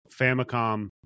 Famicom